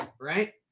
right